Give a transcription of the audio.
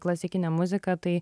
klasikinę muziką tai